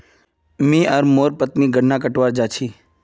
मी आर मोर पत्नी गन्ना कटवा जा छी